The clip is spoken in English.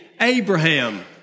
Abraham